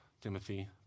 Timothy